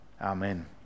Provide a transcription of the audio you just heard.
Amen